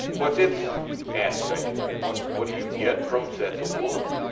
whats its adaptation? what what do you get from sets of one?